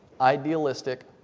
idealistic